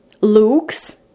looks